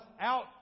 out